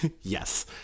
Yes